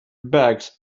bags